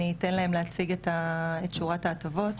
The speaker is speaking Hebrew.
אני אתן להן להציג את שורת ההטבות.